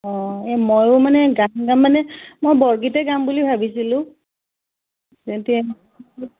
অ' এ ময়ো মানে গান গাম মানে মই বৰগীতে গাম বুলি ভাবিছিলোঁ